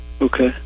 Okay